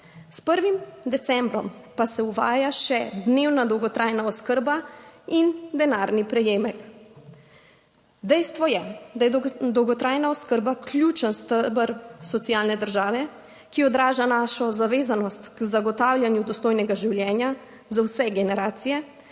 S 1. decembrom pa se uvaja še dnevna dolgotrajna oskrba in denarni prejemek. Dejstvo je, da je dolgotrajna oskrba ključen steber socialne države, ki odraža našo zavezanost k zagotavljanju dostojnega življenja za vse generacije,